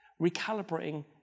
recalibrating